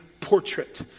portrait